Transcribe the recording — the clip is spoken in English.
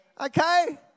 okay